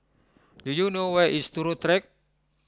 do you know where is Turut Track